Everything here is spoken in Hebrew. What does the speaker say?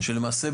שלמעשה,